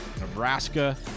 Nebraska